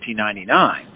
1999